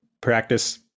practice